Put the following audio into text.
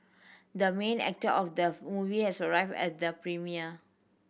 the main actor of the movie has arrived at the premiere